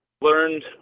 learned